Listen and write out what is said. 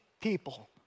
people